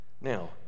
Now